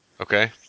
Okay